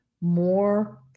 more